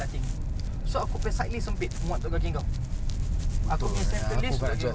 five freaking dollars engkau pergi dekat ah shit jap